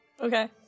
Okay